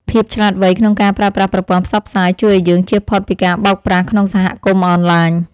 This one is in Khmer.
ភាពឆ្លាតវៃក្នុងការប្រើប្រាស់ប្រព័ន្ធផ្សព្វផ្សាយជួយឱ្យយើងជៀសផុតពីការបោកប្រាស់ក្នុងសហគមន៍អនឡាញ។